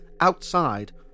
outside